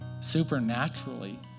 supernaturally